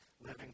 living